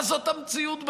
מה זאת המציאות בכלל?